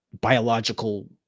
biological